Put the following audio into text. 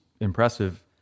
impressive